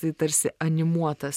tai tarsi animuotas